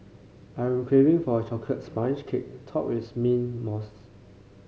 I am craving for a chocolate sponge cake topped with mint mousse